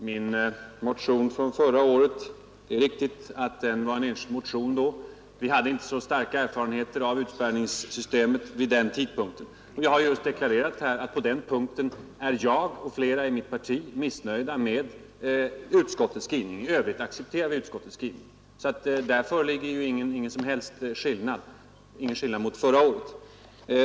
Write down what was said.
Herr talman! Till herr Berndtson vill jag säga att det är riktigt att min motion från förra året var en enskild motion. Vi hade vid den tidpunkten inte så stora erfarenheter av utspärrningssystemet. Men jag har just deklarerat här att på den punkten är jag och flera i mitt parti missnöjda med utskottets skrivning. I övrigt accepterar vi utskottets skrivning. Där föreligger ingen som helst skillnad mot förra året.